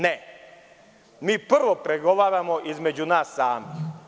Ne, mi prvo pregovaramo između nas samih.